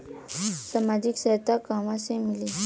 सामाजिक सहायता कहवा से मिली?